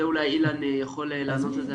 אולי אילן יכול לענות על זה.